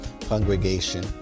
congregation